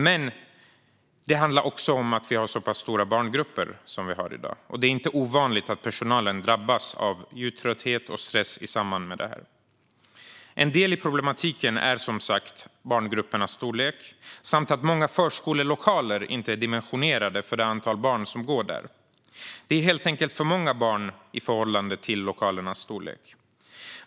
Men det handlar också om att vi har så pass stora barngrupper som vi har i dag. Det är inte ovanligt att personal drabbas av ljudtrötthet och stress. En del i problematiken med hög ljudvolym är som sagt barngruppernas storlek samt att många förskolelokaler inte är dimensionerade för det antal barn som går där. Det är helt enkelt för många barn i förhållande till lokalens storlek.